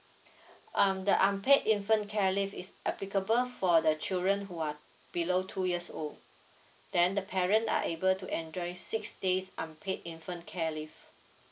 um the unpaid infant care leave is applicable for the children who are below two years old then the parent are able to enjoy six days unpaid infant care leave